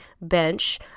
bench